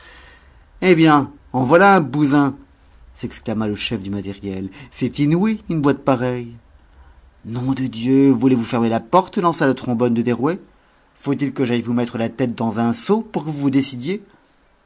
eh bien en voilà un bouzin s'exclama le chef du matériel c'est inouï une boîte pareille nom de dieu voulez-vous fermer la porte lança le trombone de derouet faut-il que j'aille vous mettre la tête dans un seau pour que vous vous décidiez